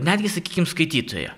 netgi sakykim skaitytoją